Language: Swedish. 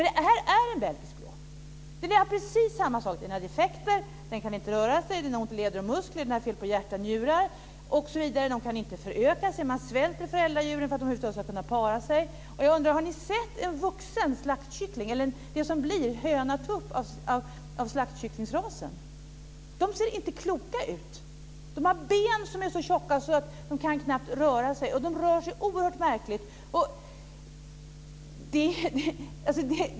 Det är en belgisk blå. Den har defekter, den kan inte röra sig, den har ont i leder och muskler, den har fel på hjärta och njurar osv. De kan inte föröka sig. Man svälter föräldradjuren för att de över huvud taget ska kunna para sig. Jag undrar om ni har sett en vuxen slaktkyckling, dvs. det som blir höna och tupp av slaktkycklingsrasen. De ser inte kloka ut. De har ben som är så tjocka att de knappt kan röra sig. De rör sig oerhört märkligt.